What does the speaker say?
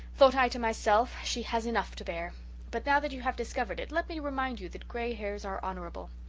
thought i to myself, she has enough to bear but now that you have discovered it let me remind you that grey hairs are honourable.